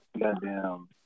goddamn